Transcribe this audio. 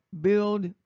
build